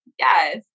Yes